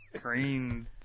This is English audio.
green